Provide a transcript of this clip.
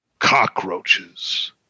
Cockroaches